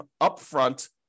upfront